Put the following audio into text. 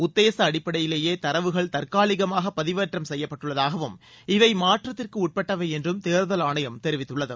உத்தேச அடிப்படையிலேயே தரவுகள் தற்காலிகமாக பதிவேற்றம் செய்யப்பட்டுள்ளதாகவும் இவை மாற்றத்திற்கு உட்பட்டவை என்றும் தேர்தல் ஆணையம் தெரிவித்துள்ளது